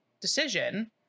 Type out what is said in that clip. decision